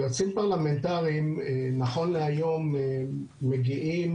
יועצים פרלמנטריים נכון להיום מגיעים